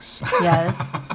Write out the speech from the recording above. Yes